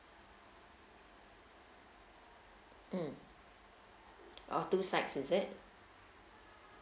um oh two sides is it